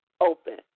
open